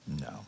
No